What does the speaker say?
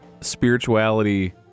spirituality